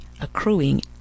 accruing